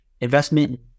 investment